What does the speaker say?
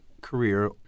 career